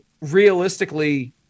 realistically